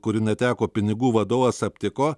kuri neteko pinigų vadovas aptiko